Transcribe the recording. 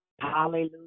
hallelujah